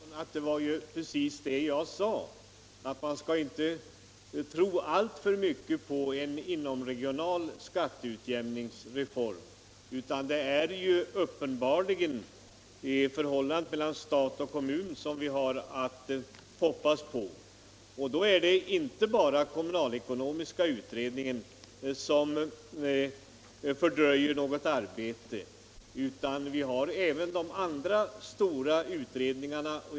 Herr talman! Det var ju precis det jag sade, herr Clacson, att man inte skall tro alltför mycket på en inomregional skatteutjämningsreform, utan det är uppenbarligen förhållandet mellan stat och kommun som utredes och det är inte bara kommunalekonomiska utredningen som arbetar, utan även de andra stora utredningarna.